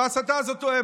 זאת הסתה פרועה.